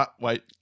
wait